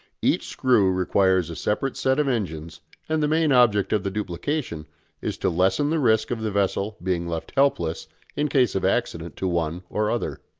each screw requires a separate set of engines and the main object of the duplication is to lessen the risk of the vessel being left helpless in case of accident to one or other.